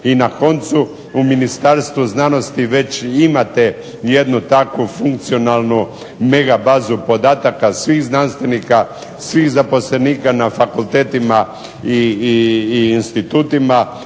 I na koncu, u Ministarstvu znanosti već imate jednu takvu funkcionalnu mega bazu podataka svih znanstvenika, svih zaposlenika na fakultetima i institutima